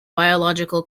biological